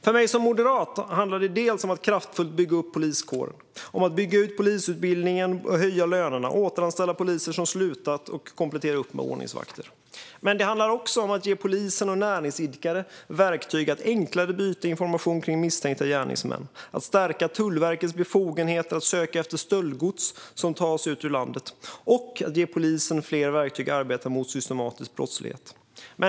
För mig som moderat handlar det om att kraftfullt bygga upp poliskåren, bygga ut polisutbildningen och höja lönerna, återanställa poliser som slutat och komplettera med ordningsvakter. Det handlar även om att ge polisen och näringsidkare verktyg att enklare byta information kring misstänkta gärningsmän, att stärka Tullverkets befogenhet att söka efter stöldgods som tas ut ur landet och att ge polisen fler verktyg att arbeta mot systematisk brottslighet.